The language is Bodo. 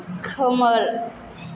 खोमोर